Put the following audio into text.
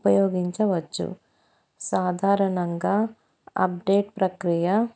ఉపయోగించవచ్చు సాధారణంగా అప్డేట్ ప్రక్రియ